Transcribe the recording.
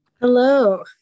Hello